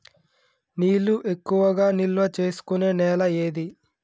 నీళ్లు ఎక్కువగా నిల్వ చేసుకునే నేల ఏది?